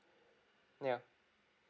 yeah